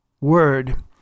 Word